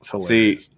See